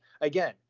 Again